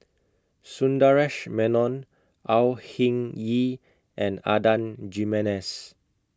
Sundaresh Menon Au Hing Yee and Adan Jimenez